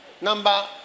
number